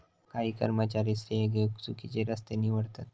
काही कर्मचारी श्रेय घेउक चुकिचे रस्ते निवडतत